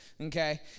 okay